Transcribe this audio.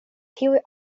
tiuj